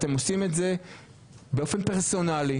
אתם עושים את זה באופן פרסונלי,